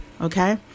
Okay